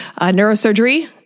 neurosurgery